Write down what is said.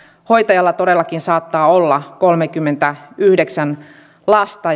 hoitajalla todellakin saattaa olla kolmekymmentäyhdeksän lasta